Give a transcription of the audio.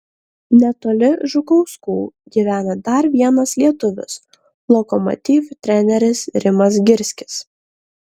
netoli žukauskų gyvena dar vienas lietuvis lokomotiv treneris rimas girskis